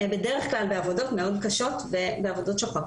בדרך כלל בעבודות מאוד קשות ושוחקות.